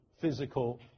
physical